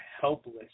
helpless